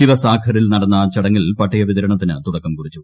ശിവസാഗറിൽ നടന്ന ചടങ്ങിൽ പട്ടയ വിതരണത്തിന് തുടക്കം കുറിച്ചു